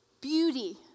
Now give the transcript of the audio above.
Beauty